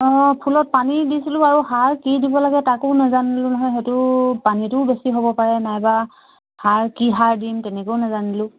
অঁ ফুলত পানী দিছিলোঁ বাৰু সাৰ কি দিব লাগে তাকো নাজানিলোঁ নহয় সেইটো পানীটোও বেছি হ'ব পাৰে নাইবা সাৰ কি সাৰ দিম তেনেকৈও নাজানিলোঁ